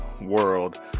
world